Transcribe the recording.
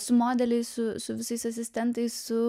su modeliais su su visais asistentais su